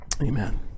Amen